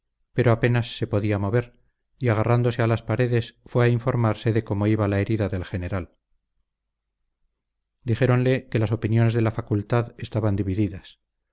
pero apenas se podía mover y agarrándose a las paredes fue a informarse de cómo iba la herida del general dijéronle que las opiniones de la facultad estaban divididas